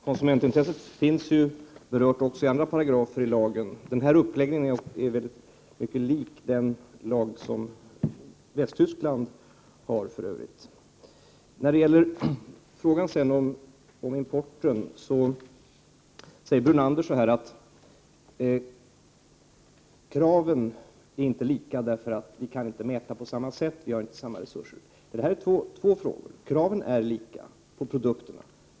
Herr talman! Jag skall besvara den sista frågan först. Konsumentintresset berörs även i andra paragrafer i lagen. Den föreslagna uppläggningen är för övrigt mycket lik den lag som Västtyskland har. När det sedan gäller frågan om importen säger Lennart Brunander att kraven inte är lika därför att vi inte kan mäta på samma sätt och inte har samma resurser. Det är två olika frågor. Kraven på produkterna är lika.